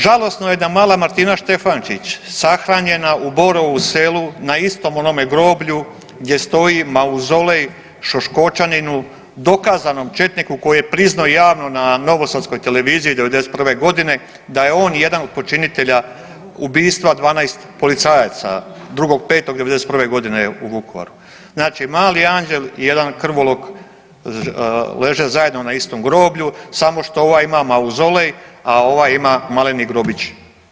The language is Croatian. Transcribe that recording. Žalosno je da je mala Martina Štefančić sahranjena u Borovu selu na istom onome groblju gdje stoji mauzolej Šoškočaninu, dokazanom četniku koji je priznao javno na Novosadskoj televiziji '91.g. da je on jedan od počinitelja ubistva 12 policajaca 2.5.'91.g. u Vukovaru, znači mali anđel i jedan krvolok leže zajedno na istom groblju damo što ovaj ima mauzolej, a ova ima maleni grobić.